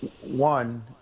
One